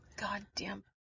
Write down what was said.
goddamn